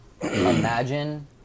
Imagine